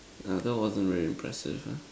err that wasn't really impressive ah